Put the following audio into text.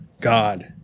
God